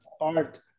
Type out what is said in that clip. art